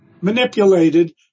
manipulated